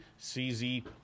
CZ